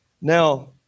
Now